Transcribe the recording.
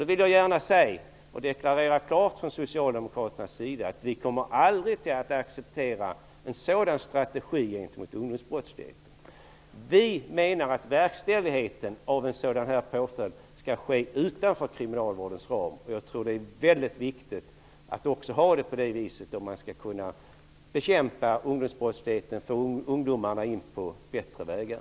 Då vill jag klart deklarera att vi socialdemokrater aldrig kommer att acceptera en sådan strategi gentemot ungdomsbrottsligheten. Vi menar att verkställigheten av en sådan påföljd skall ske utanför kriminalvårdens ram. Jag tror att det är mycket viktigt att ha det på det viset för att kunna bekämpa ungdomsbrottsligheten och få in ungdomarna på bättre vägar.